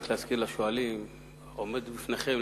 ורק אזכיר לשואלים שעומד לפניכם,